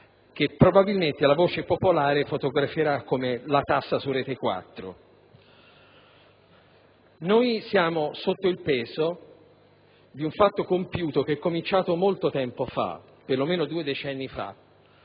che probabilmente la voce popolare fotograferà come la «tassa su Retequattro». Noi siamo sotto il peso di un fatto compiuto, che è iniziato tanto tempo fa (almeno due decenni fa),